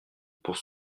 pour